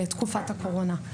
בתקופת הקורונה.